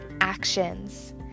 actions